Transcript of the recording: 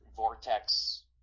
Vortex